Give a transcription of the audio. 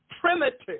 primitive